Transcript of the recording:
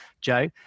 joe